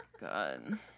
God